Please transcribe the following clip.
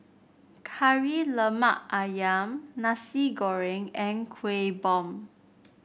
Kari Lemak ayam Nasi Goreng and Kueh Bom